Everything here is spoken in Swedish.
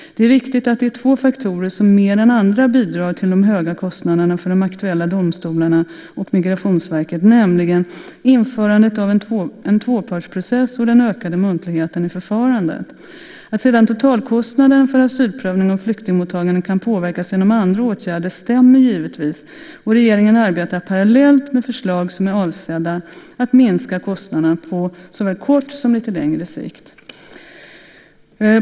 Det är riktigt att det är två faktorer som mer än andra bidrar till de höga kostnaderna för de aktuella domstolarna och Migrationsverket, nämligen införandet av en tvåpartsprocess och den ökade muntligheten i förfarandet. Att sedan totalkostnaden för asylprövningen och flyktingmottagandet kan påverkas genom andra åtgärder stämmer givetvis, och regeringen arbetar parallellt med förslag som är avsedda att minska kostnaderna på såväl kort som lite längre sikt.